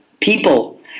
people